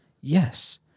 Yes